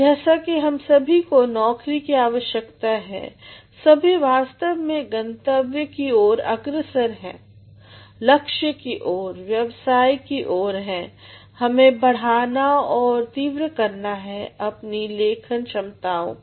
जैसा कि हम सभी को नौकरी की आवश्यकता है सभी वास्तव में गंतव्य की और अग्रसर हैं लक्ष्य की और व्यवसाय की और हैं हमें बढ़ाना और तीव्र करना है अपनी लेखन क्षमताओं को